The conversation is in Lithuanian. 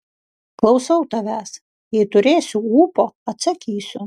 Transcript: klausau tavęs jei turėsiu ūpo atsakysiu